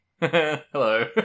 hello